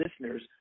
listeners